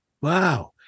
Wow